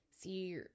see